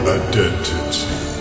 identity